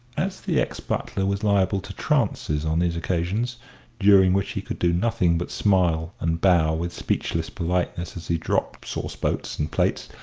as the ex-butler was liable to trances on these occasions during which he could do nothing but smile and bow with speechless politeness as he dropped sauce-boats and plates,